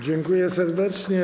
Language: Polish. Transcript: Dziękuję serdecznie.